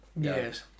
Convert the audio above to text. Yes